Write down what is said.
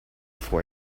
for